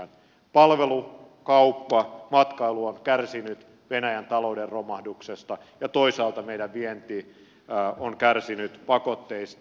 palvelut kauppa ja matkailu ovat kärsineet venäjän talouden romahduksesta ja toisaalta meidän vienti on kärsinyt pakotteista